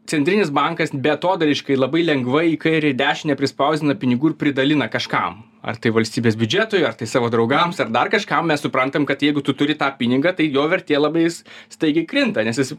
centrinis bankas beatodairiškai labai lengvai į kairę į dešinę prispausdinta pinigų ir pridalina kažkam ar tai valstybės biudžetui ar tai savo draugams ar dar kažkam mes suprantam kad jeigu tu turi tą pinigą tai jo vertė labai staigiai krinta nes jis